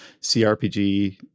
CRPG